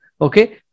Okay